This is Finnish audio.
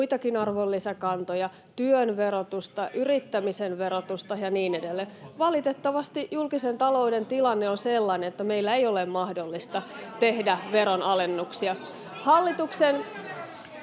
muitakin arvonlisäverokantoja, työn verotusta, yrittämisen verotusta ja niin edelleen. Valitettavasti julkisen talouden tilanne on sellainen, että meillä ei ole mahdollisuutta tehdä veronalennuksia. [Vasemmalta: